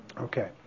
Okay